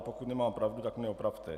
Pokud nemám pravdu, tak mě opravte.